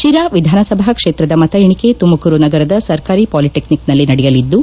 ಶಿರಾ ವಿಧಾನಸಭಾ ಕ್ಷೇತ್ರದ ಮತ ಎಣಿಕೆ ತುಮಕೂರು ನಗರದ ಸರ್ಕಾರಿ ಪಾಲಿಟೆಟ್ಟಿಕ್ನಲ್ಲಿ ನಡೆಯಲಿದ್ದು